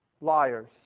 liars